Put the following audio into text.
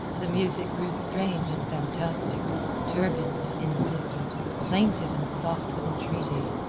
the music grew strange and fantastic turbulent, insistent, plaintive and soft with entreaty.